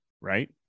Right